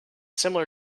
similar